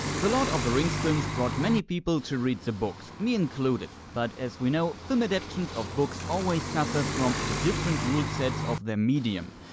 the lord of the rings films brought many people to read the books, me included. but as we know, film adaptions of books always suffer from the different rule sets of their medium.